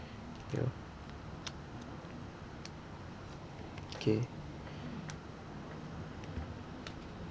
ya K